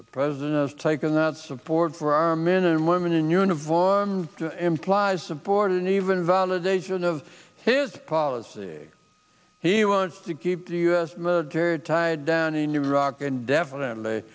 the president has taken that support for our men and women in uniform implies support an even validation of his policy he wants to keep the u s military tied down in iraq indefinitely